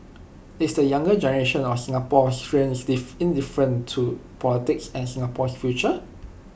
is the younger generation of Singaporeans diff indifferent towards politics and Singapore's future